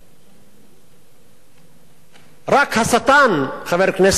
חבר הכנסת עמיר פרץ, רק השטן הוא הרוע ללא מניע.